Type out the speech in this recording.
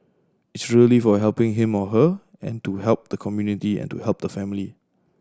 it's really for helping him or her and to help the community and to help the family